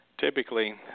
Typically